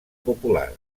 popular